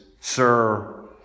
sir